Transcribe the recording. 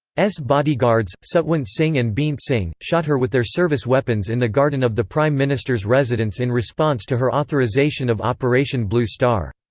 bodyguards, satwant singh and beant singh, shot her with their service weapons in the garden of the prime minister's residence in response to her authorisation of operation blue star.